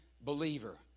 believer